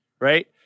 right